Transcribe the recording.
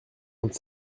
vingt